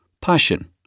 Passion